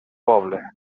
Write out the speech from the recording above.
poble